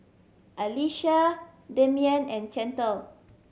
Alisha Damien and Chantel